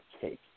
cake